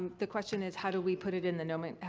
the question is how do we put it in the nomen.